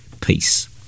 peace